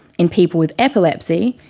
in people with epilepsy,